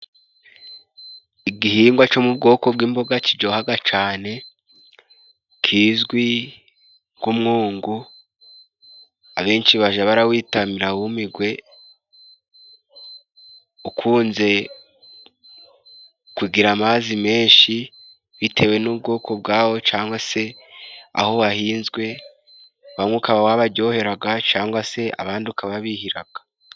Igihingwa co mu bwoko bw'imboga kijyohaga cane, kizwi nk'umwungu abenshi baja barawita "mira wumigwe", ukunze kugira amazi menshi bitewe n'ubwoko bwawo, cangwa se aho wahinzwe, bamwe ukaba wabaryoheraga cangwa se abandi ukababihiraga.